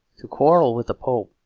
to quarrel with the pope,